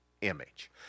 image